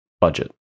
budget